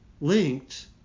linked